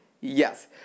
Yes